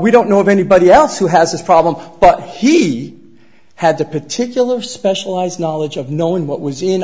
we don't know of anybody else who has this problem but he had the particular specialized knowledge of knowing what was in